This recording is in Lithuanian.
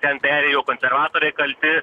ten perėjo konservatoriai kalti